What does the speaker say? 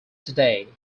today